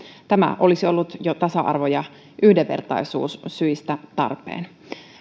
tämä olisi ollut jo tasa arvo ja yhdenvertaisuussyistä tarpeen